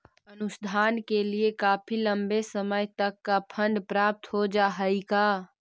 अनुसंधान के लिए काफी लंबे समय तक का फंड प्राप्त हो जा हई का